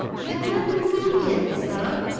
when more convenient, sir,